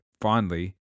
fondly